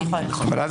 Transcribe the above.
נכון.